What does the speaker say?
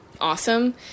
awesome